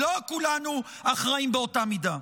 לא כולנו אחראים באותה מידה.